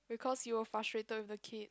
because you were frustrated with the kid